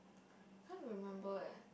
can't remember eh